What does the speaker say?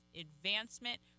advancement